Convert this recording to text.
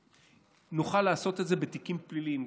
נוכל לעשות את זה בתיקים פליליים,